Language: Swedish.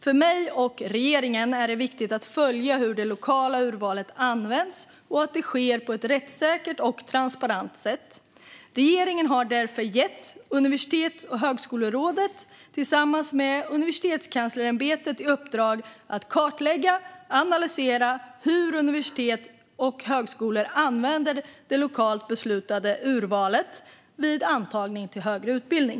För mig och regeringen är det viktigt att följa hur det lokala urvalet används och att det sker på ett rättssäkert och transparent sätt. Regeringen har därför gett Universitets och högskolerådet tillsammans med Universitetskanslersämbetet i uppdrag att kartlägga och analysera hur universitet och högskolor använder det lokalt beslutade urvalet vid antagning till högre utbildning.